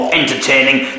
entertaining